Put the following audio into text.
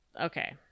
Okay